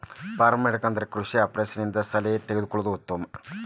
farm ಮಾಡಬೇಕು ಅಂದ್ರ ಕೃಷಿ ಆಪೇಸ್ ದಿಂದ ಸಲಹೆ ತೊಗೊಳುದು ಉತ್ತಮ